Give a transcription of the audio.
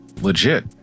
Legit